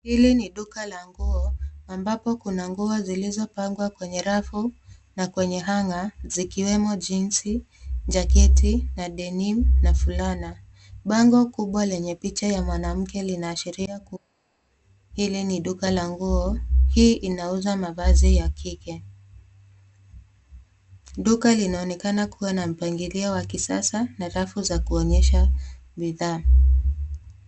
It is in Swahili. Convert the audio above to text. Hili ni duka la nguo ambapo kuna nguo zilizopangwa kwenye rafu na kwenye hanger zikiwemo jinsi jaketi na denim na fulana. Bango kubwa lenye picha ya mwanamke linaashiria kuwa hili ni duka la nguo hii inauza mavazi ya kike. Duka linaonekana kuwa na mpangilio wa kisasa na rafu za kuonyesha bidhaa.